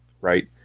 right